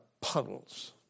puddles